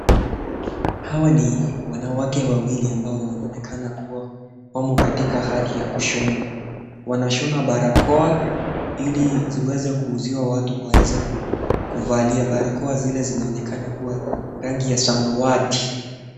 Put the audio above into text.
Hawa ni wanawake wawili ambao wanaonekana kuwa wamo katika hali ya kushona. Wanashona barakoa, ili ziweze kuuziwa watu waeze kuvalia. Barakoa zile zinaonekana kuwa rangi ya samawati.